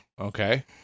Okay